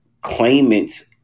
claimants